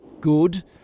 good